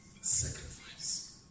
sacrifice